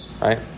right